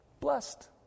blessed